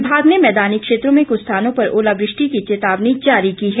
विभाग ने मैदानी क्षेत्रों में कुछ स्थानों पर ओलावृष्टि की चेतावनी जारी की है